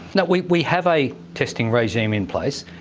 no, we we have a testing regime in place,